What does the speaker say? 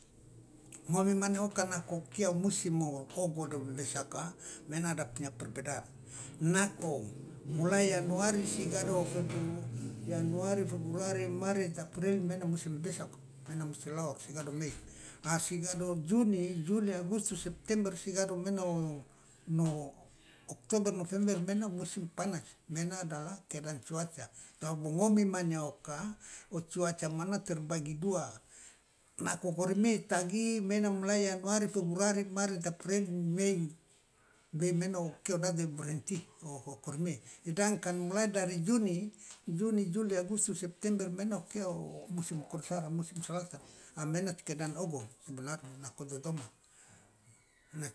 Ngomi mane oka nako okia musim o kobo de o besaka mena ada punya perbedaan nako mulai yanuari sigado yanuari februari maret april mena musim besaka mena musim laor sigado mei a sigado juni juli agustus septembe sigado mene o no oktober november mena musim panas mena adalah keadaan cuaca ngomi mane oka ocuaca mana terbagi dua nako korimie itagi mena mulai ya yanuari februari maret april mei mei mena okia idadi berhenti okoremie sedangkan mulai dari juni juni juli agustus september mena okia o musim koresara musim selatan amaena keadaan ogo nako dodoma.